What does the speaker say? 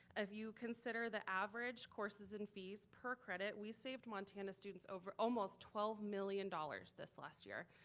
if you consider the average courses and fees per credit, we saved montana's students over almost twelve million dollars this last year.